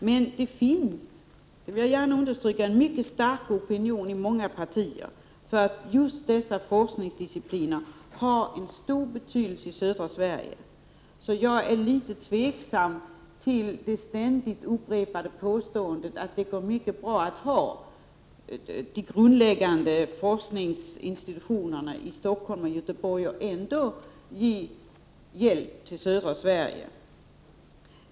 Men det finns, det vill jag gärna understryka, en mycket stark opinion i många partier att just dessa forskningsdiscipliner har stor betydelse i södra Sverige. Jag är litet tveksam till det ständigt upprepade påståendet att det går mycket bra att ha de grundläggande forskningsinstitutionerna i Stockholm och Göteborg och ändå ge hjälp till södra Sverige.